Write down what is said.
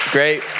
Great